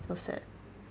so sad